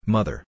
Mother